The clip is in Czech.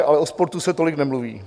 Ale o sportu se tolik nemluví.